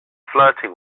flirting